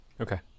Okay